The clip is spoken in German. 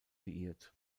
liiert